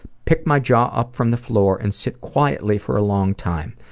pick my jaw up from the floor, and sit quietly for a long time.